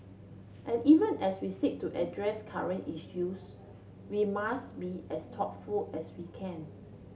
and even as we seek to address current issues we must be as thoughtful as we can